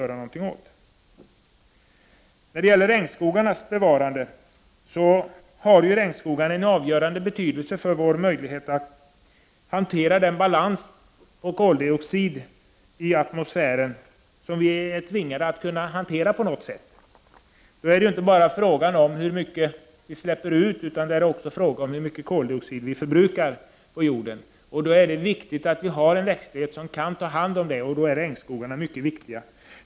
Regnskogarna har en avgörande betydelse för vår möjlighet att hantera balansen när det gäller koldioxid i atmosfären som vi är tvungna att hantera på något sätt. Då är det inte bara fråga om hur mycket koldioxid som släpps ut utan också hur mycket koldioxid som förbrukas på jorden. Det är därför viktigt att det finns en växtlighet som kan ta hand om detta, och då är 101 regnskogarna mycket viktiga.